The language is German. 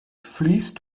fließt